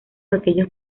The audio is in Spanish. aquellos